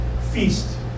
feast